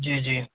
जी जी